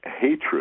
hatred